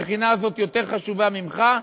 המכינה הזאת יותר חשובה ממך,